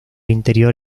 interior